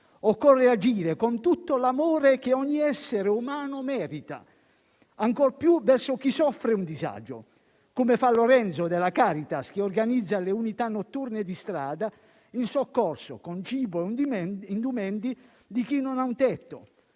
Occorre agire con tutto l'amore che ogni essere umano merita, ancor più verso chi soffre un disagio: come fanno Lorenzo della Caritas, che organizza le unità notturne di strada in soccorso, con cibo e indumenti, di chi non ha un tetto,